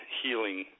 healing